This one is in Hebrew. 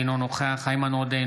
אינו נוכח איימן עודה,